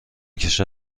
کشد